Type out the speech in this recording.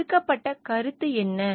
கொடுக்கப்பட்ட கருத்து என்ன